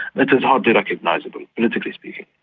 it is hardly recognisable politically speaking.